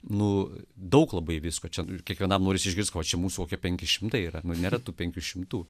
nu daug labai visko čia kiekvienam norisi išgirs kvočiamų suokė penki šimtai yra nėra tų penkių šimtų